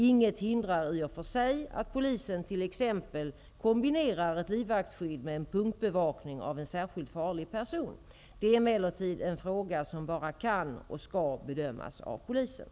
Inget hindrar i och för sig att polisen exempelvis kombinerar ett livvaktsskydd med en punktbevakning av en särskilt farlig person. Det är emellertid en fråga som bara kan och skall bedömas av polisen.